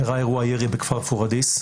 אירע אירוע ירי בכפר פוריידיס,